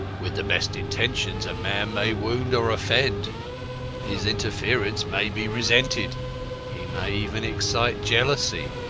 with the best intentions a man may wound or offend his interference may be resented he may even excite jealousy.